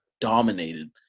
dominated